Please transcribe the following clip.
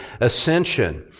ascension